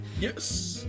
Yes